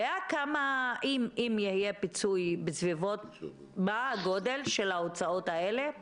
אם יהיה פיצוי, מה יהיה הגודל של ההוצאות האלה?